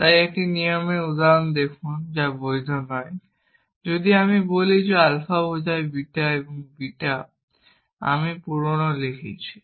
তাই একটি নিয়মের উদাহরণ দেখুন যা বৈধ নয় যদি আমি বলি আলফা বোঝায় বিটা এবং বিটা আমি শুধু পুরানো লিখছি